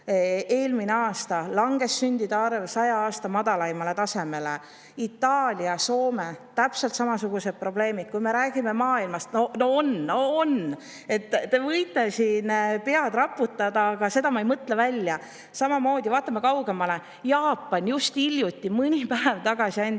eelmine aasta langes sündide arv 100 aasta madalaimale tasemele, Itaalias ja Soomes on täpselt samasugused probleemid. Kui me räägime maailmast … No on, no on! Te võite pead raputada, aga ma ei mõtle seda välja. Vaatame kaugemale: Jaapan just hiljuti, mõni päev tagasi andis